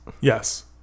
yes